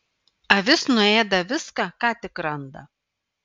avis nuėda viską ką tik randa